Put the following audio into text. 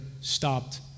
stopped